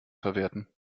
verwerten